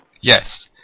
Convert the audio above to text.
Yes